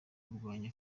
kurwanya